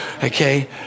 Okay